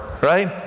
right